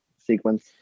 sequence